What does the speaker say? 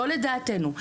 לא לדעתנו.